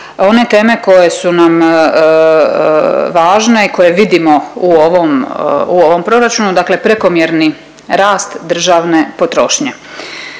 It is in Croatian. one teme koje su nam važne i koje vidimo u ovom, u ovom proračunu, dakle prekomjerni rast državne potrošnje.